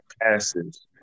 passes